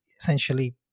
essentially